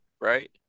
right